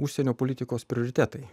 užsienio politikos prioritetai